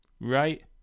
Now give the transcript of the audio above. right